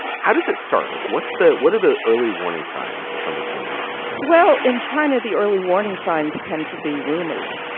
how does it start? like, what's the what are the early warning signs? something's going on well, in china, the early warning signs tend to be rumors,